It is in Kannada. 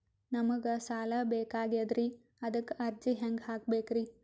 ನಮಗ ಸಾಲ ಬೇಕಾಗ್ಯದ್ರಿ ಅದಕ್ಕ ಅರ್ಜಿ ಹೆಂಗ ಹಾಕಬೇಕ್ರಿ?